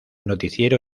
noticiero